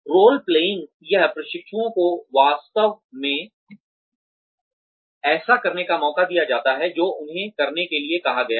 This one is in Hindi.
रोल प्लेइंग यह प्रशिक्षुओं को वास्तव में ऐसा करने का मौका दिया जाता है जो उन्हें करने के लिए कहा गया है